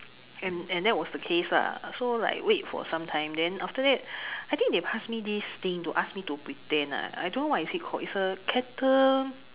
and and that was the case lah so like wait for sometime then after that I think they passed me this thing to ask me to pretend lah I don't know what is it called is a kettle